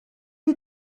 die